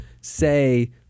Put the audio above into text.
say